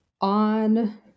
on